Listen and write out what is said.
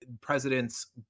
presidents